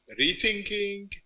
rethinking